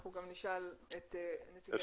אנחנו גם נשאל את נציגי גוגל.